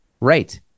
right